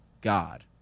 God